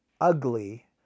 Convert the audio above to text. ugly